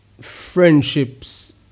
Friendships